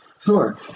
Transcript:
Sure